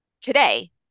today